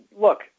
look